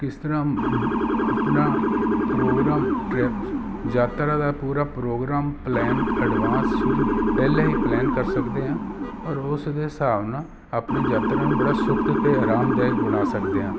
ਕਿਸ ਤਰ੍ਹਾਂ ਆਪਣਾ ਪ੍ਰੋਗਰਾਮ ਟਰੈ ਯਾਤਰਾ ਦਾ ਪੂਰਾ ਪ੍ਰੋਗਰਾਮ ਪਲੈਨ ਐਡਵਾਂਸ ਸ਼ੁਰੂ ਪਹਿਲਾਂ ਹੀ ਪਲੈਨ ਕਰ ਸਕਦੇ ਹਾਂ ਔਰ ਉਸਦੇ ਹਿਸਾਬ ਨਾਲ ਆਪਣੀ ਯਾਤਰਾ ਨੂੰ ਬੜਾ ਸੁਖਦ ਆਰਾਮਦਾਇਕ ਬਣਾ ਸਕਦੇ ਹਾਂ